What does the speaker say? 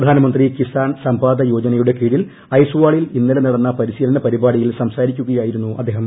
പ്രധാനമന്ത്രി കിസാൻ സംപാദയോജനയുടെ കീഴിൽ ഐസ്വാളിൽ ഇന്നലെ നടന്ന പരിശീലന പരിപാടിയിൽ സംസാരിക്കുകയായിരുന്നു അദ്ദേഹം